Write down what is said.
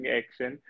action